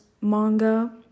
manga